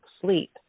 sleep